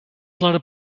clara